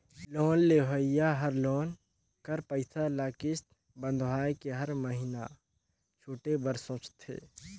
loan लेहोइया हर loan कर पइसा ल किस्त बंधवाए के हर महिना छुटे बर सोंचथे